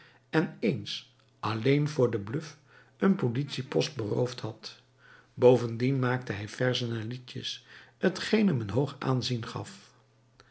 en eens alleen voor de bluf een politiepost beroofd had bovendien maakte hij verzen en liedjes t geen hem een hoog aanzien gaf